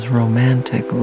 romantic